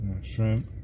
Shrimp